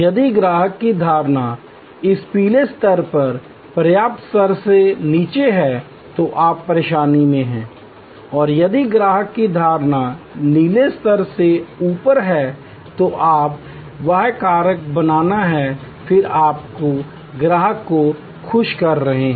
यदि ग्राहक की धारणा इस पीले स्तर पर्याप्त स्तर से नीचे है तो आप परेशानी में हैं और यदि ग्राहक की धारणा नीले स्तर से ऊपर है तो आप वाह कारक बनाना फिर आप ग्राहक को खुश कर रहे हैं